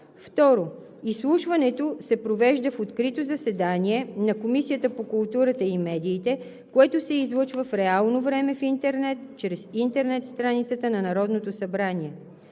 4. 2. Изслушването се провежда в открито заседание на Комисията по културата и медиите, което се излъчва в реално време в интернет чрез интернет страницата на Народното събрание.